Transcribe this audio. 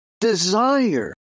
desire